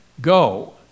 go